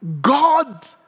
God